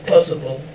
Possible